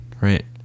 Right